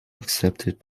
accepted